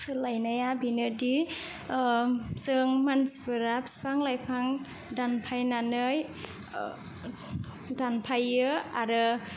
सोलायनाया बेनोदि जों मानसिफोरा बिफां लाइफां दानफायनानै दानफायो आरो